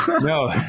No